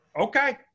Okay